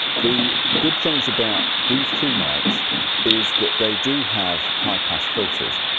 the good things about these to mics is that they do have high pass filters.